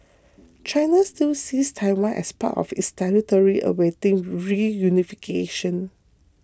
China still sees Taiwan as part of its territory awaiting reunification